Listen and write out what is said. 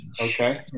Okay